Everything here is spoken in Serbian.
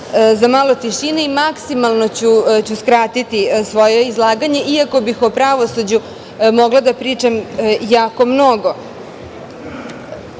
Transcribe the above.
za malo tišine. Maksimalno ću skratiti svoje izlaganje, iako bih o pravosuđu mogla da pričam jako mnogo. Želim